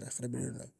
nak kara kara